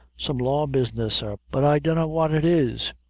some law business, sir but i donna what it is.